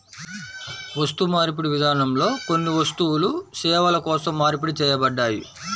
వస్తుమార్పిడి విధానంలో కొన్ని వస్తువులు సేవల కోసం మార్పిడి చేయబడ్డాయి